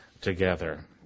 together